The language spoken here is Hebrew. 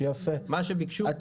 מה שהם ביקשו --- יפה,